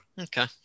Okay